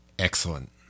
Excellent